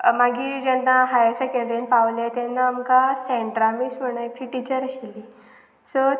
मागीर जेन्ना हायर सेकेंड्रीन पावले तेन्ना आमकां सेंड्रा मिस म्हणून एक टिचर आशिल्ली सो